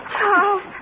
Charles